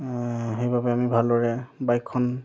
সেইবাবে আমি ভালদৰে বাইকখন